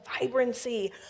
vibrancy